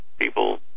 people